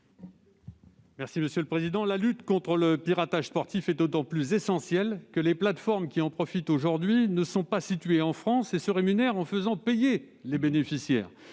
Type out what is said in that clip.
de la commission ? La lutte contre le piratage sportif est d'autant plus importante que les plateformes qui en profitent aujourd'hui ne sont pas situées en France et se rémunèrent en faisant payer les bénéficiaires.